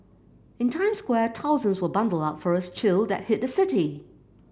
in Times Square thousands were bundled up for a chill that hit the city